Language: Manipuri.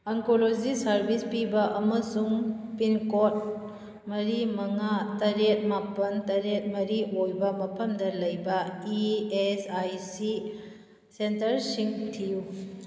ꯑꯪꯀꯣꯂꯣꯖꯤ ꯁꯥꯔꯚꯤꯁ ꯄꯤꯕ ꯑꯃꯁꯨꯡ ꯄꯤꯟꯀꯣꯗ ꯃꯔꯤ ꯃꯉꯥ ꯇꯔꯦꯠ ꯃꯥꯄꯜ ꯇꯔꯦꯠ ꯃꯔꯤ ꯑꯣꯏꯕ ꯃꯐꯝꯗ ꯂꯩꯕ ꯏ ꯑꯦꯁ ꯑꯥꯏ ꯁꯤ ꯁꯦꯟꯇꯔꯁꯤꯡ ꯊꯤꯌꯨ